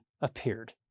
appeared